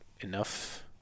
enough